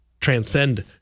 transcend